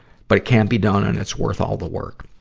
but it can be done, and it's worth all the work.